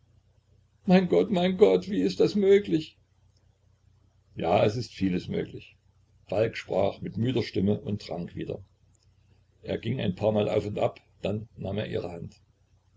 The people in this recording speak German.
mein gott mein gott wie ist das möglich ja es ist vieles möglich falk sprach mit müder stimme und trank wieder er ging ein paar mal auf und ab dann nahm er ihre hand